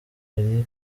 eric